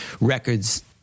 records